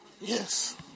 Yes